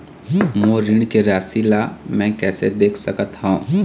मोर ऋण के राशि ला म कैसे देख सकत हव?